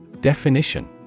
Definition